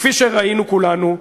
כפי שראינו כולנו,